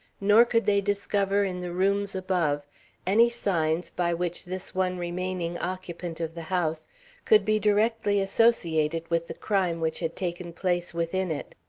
nor could they discover in the rooms above any signs by which this one remaining occupant of the house could be directly associated with the crime which had taken place within it.